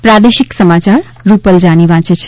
પ્રાદેશિક સમાચાર રૂપલ જાની વાંચે છે